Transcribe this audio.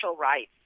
rights